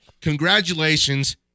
Congratulations